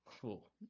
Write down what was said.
Cool